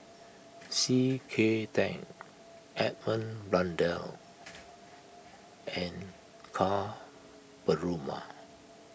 C K Tang Edmund Blundell and Ka Perumal